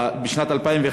בשנת 2011